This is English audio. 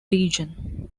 region